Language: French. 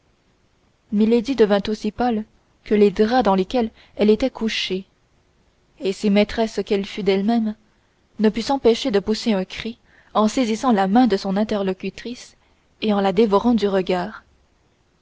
devint aussi pâle que les draps dans lesquels elle était couchée et si maîtresse qu'elle fût d'elle-même ne put s'empêcher de pousser un cri en saisissant la main de son interlocutrice et en la dévorant du regard